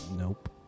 Nope